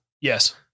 Yes